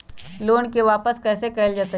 Loan के वापस कैसे कैल जतय?